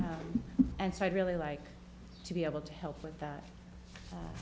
and so i'd really like to be able to help with that